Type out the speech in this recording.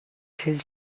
his